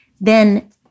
Then-